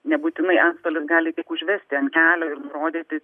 nebūtinai antstolis gali tik užvesti ant kelio ir nurodyti